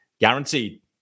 guaranteed